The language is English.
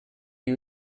you